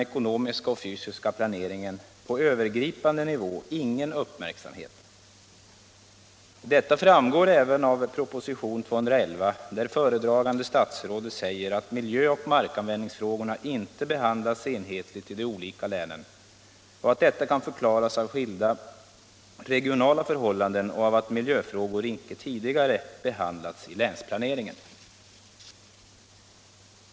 ekonomiska och fysiska planeringen på övergripande nivå ingen uppmärksamhet. Detta framgår även av proposition 211, där föredragande statsrådet säger, att miljö och markanvändningsfrågorna inte behandlats enhetligt i de olika länen och att detta kan förklaras av skilda regionala förhållanden och av att miljöfrågor inte tidigare har behandlats i länsplaneringen.